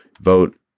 vote